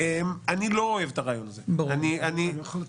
זה לא רעיון שאני אוהב.